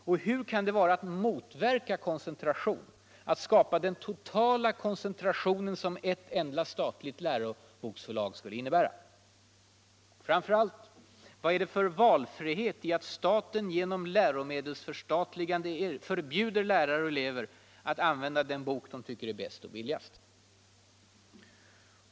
Och hur kan det vara att motverka koncentration att skapa den totala koncentration som ett enda statligt läroboksförlag skulle innebära? Och framför allt — vad är det för valfrihet i att staten genom läromedelsförstatligande förbjuder lärare och elever att använda den bok de tycker är bäst och billigast?